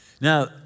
Now